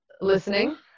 listening